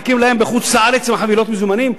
מחכים להם בחוץ-לארץ עם חבילות מזומנים?